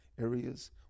areas